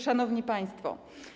Szanowni Państwo!